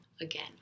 Again